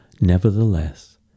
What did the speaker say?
Nevertheless